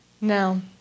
No